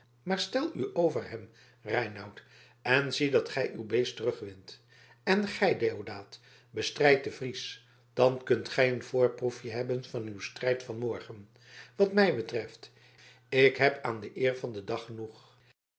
maar stel u over hem reinout en zie dat gij uw beest terugwint en gij deodaat bestrijd den fries dan kunt gij een voorproefje hebben van uw strijd van morgen wat mij betreft ik heb aan de eer van den dag genoeg